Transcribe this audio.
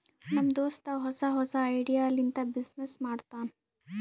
ನಮ್ ದೋಸ್ತ ಹೊಸಾ ಹೊಸಾ ಐಡಿಯಾ ಲಿಂತ ಬಿಸಿನ್ನೆಸ್ ಮಾಡ್ತಾನ್